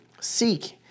Seek